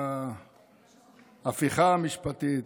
ההפיכה המשפטית,